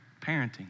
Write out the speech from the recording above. parenting